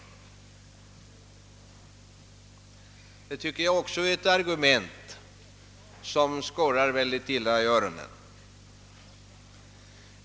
Det tycker jag också är ett argument som skorrar mycket illa i öronen.